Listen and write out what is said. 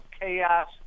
chaos